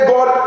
God